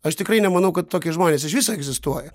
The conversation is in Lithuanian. aš tikrai nemanau kad tokie žmonės iš viso egzistuoja